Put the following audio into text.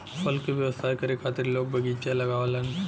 फल के व्यवसाय करे खातिर लोग बगीचा लगावलन